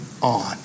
on